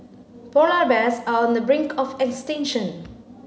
polar bears are on the brink of extinction